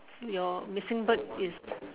your missing bird is